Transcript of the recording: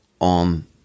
on